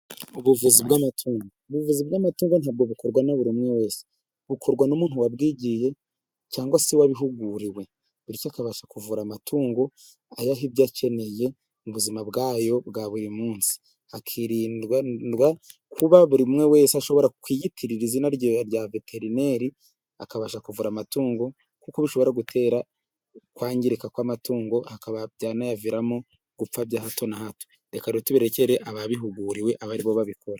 Ubuvuzi bw'amatungo, ubuvu bw'amatungo ntabwo bukorwa na buri umwe wese, bukorwa n'umuntu wabwigiye cyangwa se wabihuguriwe, bityo akabasha kuvura amatungo, ayaha ibyo akeneye mu buzima bwayo bwa buri munsi, hakirindwa kuba buri umwe wese ashobora kwiyitirira izina rya veterineri, akabasha kuvura amatungo kuko bishobora gutera ukwangirika kw'amatungo, bikaba byanayaviramo gupfa bya hato na hato, reka rero tubirekere ababihuguriwe aba ari bo babikora.